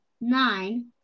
nine